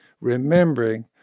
remembering